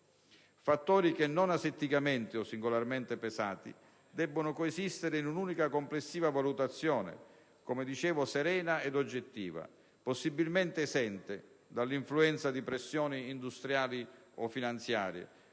fattori che, non asetticamente o singolarmente pesati, debbono coesistere in un'unica complessiva valutazione - come dicevo - serena e oggettiva e possibilmente esente dall'influenza di pressioni industriali o finanziarie